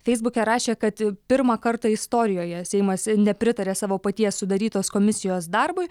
feisbuke rašė kad pirmą kartą istorijoje seimas nepritarė savo paties sudarytos komisijos darbui